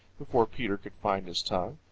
before peter could find his tongue.